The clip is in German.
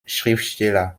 schriftsteller